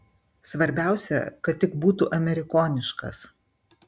svarbiausia kad tik būtų amerikoniškas